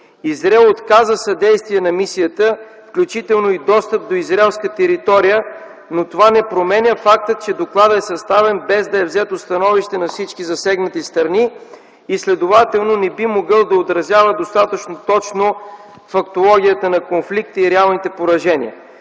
Израел отказа съдействие на мисията, включително и достъп до израелска територия, но това не променя факта, че докладът е съставен, без да е взето становище на всички засегнати страни и следователно не би могъл да отразява достатъчно точно фактологията на конфликта и реалните поражения.